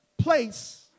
place